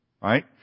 Right